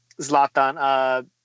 Zlatan